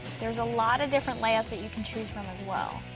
there's a lot of different layouts that you can choose from as well.